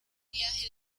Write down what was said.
viaje